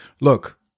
Look